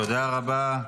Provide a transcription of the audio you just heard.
תודה רבה.